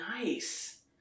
nice